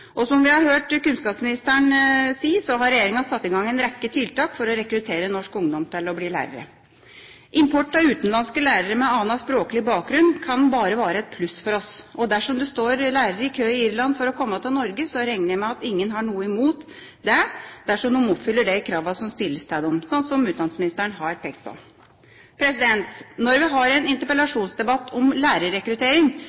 Som vi har hørt kunnskapsministeren si, har regjeringa satt i gang en rekke tiltak for å rekruttere norsk ungdom til å bli lærere. Import av utenlandske lærere med annen språklig bakgrunn kan bare være et pluss for oss. Dersom lærere står i kø i Irland for å komme til Norge, regner jeg med at ingen har noe imot det dersom de oppfyller de kravene som stilles til dem, slik utdanningsministeren har pekt på. Når vi har en